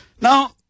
Now